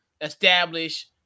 establish